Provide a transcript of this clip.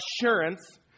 assurance